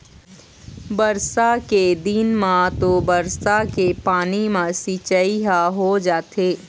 बरसा के दिन म तो बरसा के पानी म सिंचई ह हो जाथे